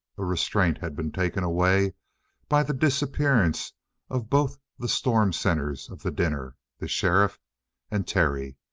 a restraint had been taken away by the disappearance of both the storm centers of the dinner the sheriff and terry.